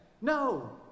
No